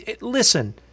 Listen